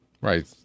right